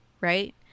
right